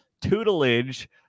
tutelage